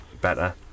better